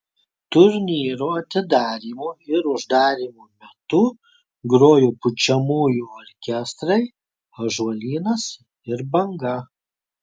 turnyro atidarymo ir uždarymo metu grojo pučiamųjų orkestrai ąžuolynas ir banga